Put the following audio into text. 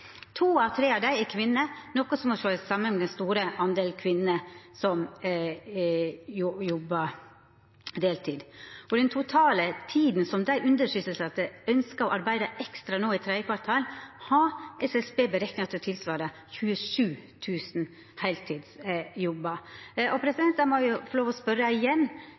To av tre av dei er kvinner, noko som må sjåast i samanheng med den store prosentdelen kvinner som jobbar deltid. Den totale tida som dei undersysselsette ønskte å arbeida ekstra no i tredje kvartal, har SSB berekna til å tilsvare 27 000 heiltidsjobbar. Då må eg få lov til å spørja: